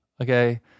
okay